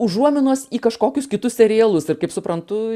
užuominos į kažkokius kitus serialus ir kaip suprantu